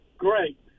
Great